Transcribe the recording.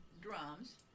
drums